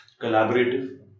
collaborative